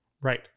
Right